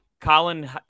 Colin